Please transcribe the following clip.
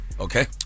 Okay